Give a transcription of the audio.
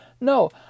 no